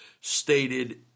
stated